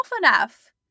enough